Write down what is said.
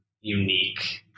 unique